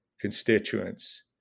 constituents